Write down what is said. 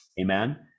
Amen